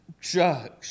judge